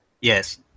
Yes